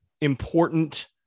important